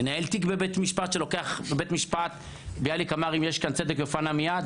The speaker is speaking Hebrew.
לנהל תיק בבית משפט שלוקח ביאליק אמר: אם יש כאן צדק יופע נא מייד.